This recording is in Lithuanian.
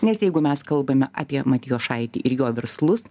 nes jeigu mes kalbame apie matijošaitį ir jo verslus